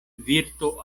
virto